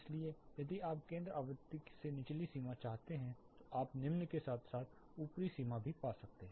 इसलिए यदि आप केंद्र आवृत्ति से निचली सीमा चाहते हैं तो आप निम्न के साथ साथ ऊपरी सीमा भी पा सकते हैं